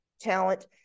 talent